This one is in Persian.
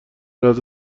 لحظه